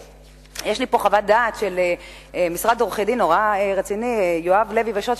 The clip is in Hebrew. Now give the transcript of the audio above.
יש לי פה חוות דעת של משרד עורכי-דין יואב לוי ושות',